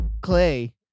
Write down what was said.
Clay